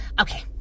Okay